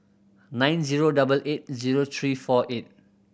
nine zero double eight zero three four eight